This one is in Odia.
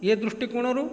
ଇଏ ଦୃଷ୍ଟିକୋଣରୁ